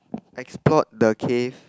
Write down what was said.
export the cave